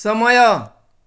समय